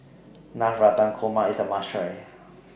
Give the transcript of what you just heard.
Navratan Korma IS A must Try